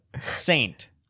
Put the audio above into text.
Saint